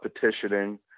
petitioning